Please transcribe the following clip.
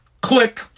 click